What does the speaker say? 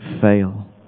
fail